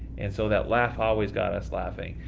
and so that laugh always got us laughing.